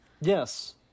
Yes